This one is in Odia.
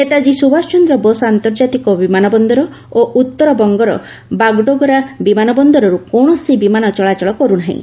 ନେତାଜୀ ସୁଭାଷଚନ୍ଦ୍ର ବୋଷ ଆନ୍ତର୍ଜାତିକ ବିମାନ ବନ୍ଦର ଓ ଉତ୍ତରବଙ୍ଗର ବାଗଡୋଗରା ବିମାନ ବନ୍ଦରରୁ କୌଣସି ବିମାନ ଚଳାଚଳ କରୁନାହିଁ